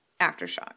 aftershock